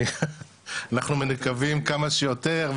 אנחנו מקווים כמה שיותר,